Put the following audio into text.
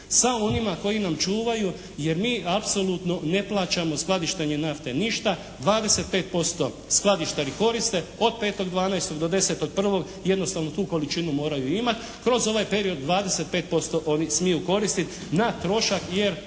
sa onima koji nam čuvaju jer mi apsolutno ne plaćamo skladištenje nafte ništa, 25% skladištari koriste, od 5.12. do 10.1. jednostavno tu količinu moraju imati. Kroz ovaj period od 25% oni smiju koristiti na trošak jer